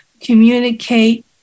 communicate